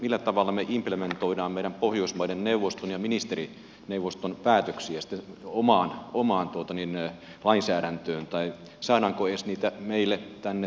millä tavalla me implementoimme meidän pohjoismaiden neuvoston ja ministerineuvoston päätöksiä omaan lainsäädäntöön tai saadaanko niitä edes meille tänne valiokuntiin käsittelyyn